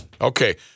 Okay